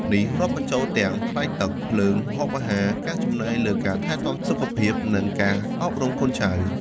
នេះរាប់បញ្ចូលទាំង ថ្លៃទឹក ភ្លើង ម្ហូបអាហារ ការចំណាយលើការថែទាំសុខភាព និងការអប់រំកូនចៅ។